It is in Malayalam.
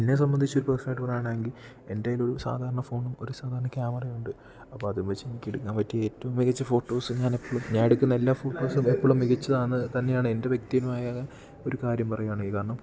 എന്നെ സംബദ്ധിച്ചൊരു പേഴ്സണലായിട്ട് പറയുകയാണെങ്കിൽ എൻ്റെ കൈയിലൊരു സാധാരണ ഫോണും ഒരു സാധാരണ ക്യാമറയുമുണ്ട് അപ്പം അതും വെച്ചെനിക്ക് എടുക്കാൻ പറ്റിയ ഏറ്റവും മികച്ച ഫോട്ടോസ് ഞാനെപ്പളും ഞാനെടുക്കുന്ന എല്ലാ ഫോട്ടോസ്സും എപ്പളും മികച്ചതാന്ന് തന്നെയാണെൻറ്റെ വ്യക്തിപരമായ ഒരു കാര്യം പറയുവാണെങ്കിൽ കാരണം